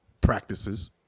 practices